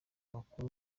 ibukuru